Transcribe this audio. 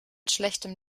schlechtem